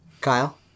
Kyle